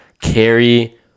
carry